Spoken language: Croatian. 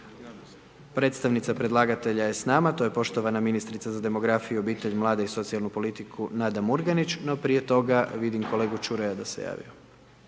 Predstavnica predlagatelja je s nama, to je poštovana ministrica za demografiju, obitelj, mlade i socijalnu politiku Nada Murganić no prije toga vidim kolegu Čuraja da se javio.